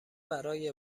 برای